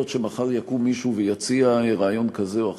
שמחר יקום מישהו ויציע רעיון כזה או אחר,